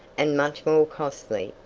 and much more costly,